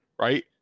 right